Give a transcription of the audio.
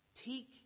Take